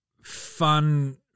fun